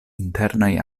internaj